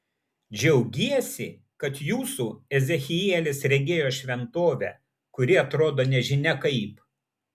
džiaugiesi kad jūsų ezechielis regėjo šventovę kuri atrodo nežinia kaip